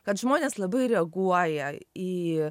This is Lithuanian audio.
kad žmonės labai reaguoja į